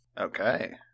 Okay